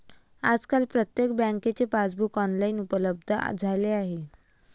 आजकाल प्रत्येक बँकेचे पासबुक ऑनलाइन उपलब्ध झाले आहे